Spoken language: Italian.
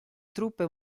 truppe